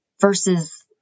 versus